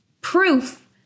proof